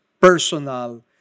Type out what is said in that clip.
personal